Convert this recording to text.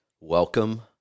Welcome